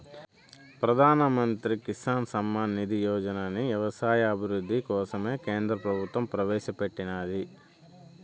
ప్రధాన్ మంత్రి కిసాన్ సమ్మాన్ నిధి యోజనని వ్యవసాయ అభివృద్ధి కోసం కేంద్ర ప్రభుత్వం ప్రవేశాపెట్టినాది